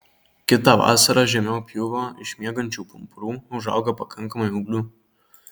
kitą vasarą žemiau pjūvio iš miegančių pumpurų užauga pakankamai ūglių